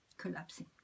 collapsing